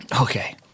Okay